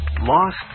Lost